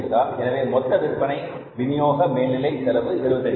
50 எனவே மொத்த விற்பனை வினியோக மேல்நிலை செலவு 0